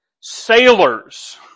sailors